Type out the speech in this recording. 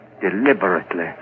deliberately